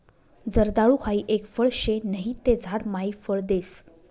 जर्दाळु हाई एक फळ शे नहि ते झाड मायी फळ देस